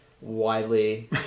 widely